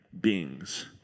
beings